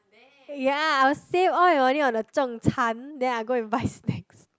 ya I'll save all my money on the zheng can then I'll go and buy snacks